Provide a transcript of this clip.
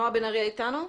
נועה בן אריה, בבקשה.